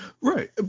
right